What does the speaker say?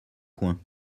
coin